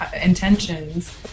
intentions